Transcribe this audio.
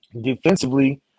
Defensively